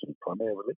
primarily